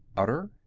utter,